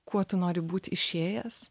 kuo tu nori būt išėjęs